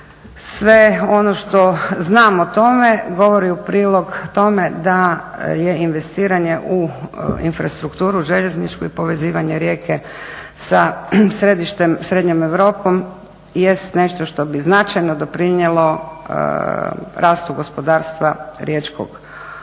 sve ono što znam o tome govori u prilog tome da je investiranje u infrastrukturu, željezničku i povezivanje Rijeke sa središtem, srednjom Europom jest nešto što bi značajno doprinijelo rastu gospodarstva riječkog bazena